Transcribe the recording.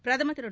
பிரதமர் திரு